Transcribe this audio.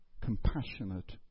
compassionate